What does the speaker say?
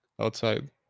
outside